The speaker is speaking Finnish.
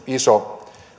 iso